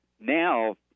now